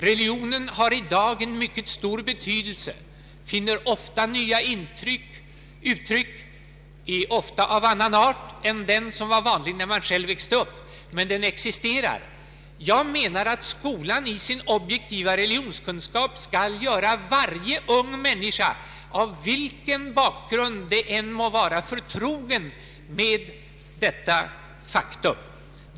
Religionen har i dag en mycket stor betydelse, finner ofta nya uttryck, är ofta av annan art än den som var vanlig när man själv växte upp, men den existerar. Jag menar att skolan i sin objektiva religionskunskap skall göra varje ung människa, vilken bakgrund hon än må ha, förtrogen med detta faktum.